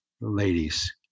ladies